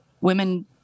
women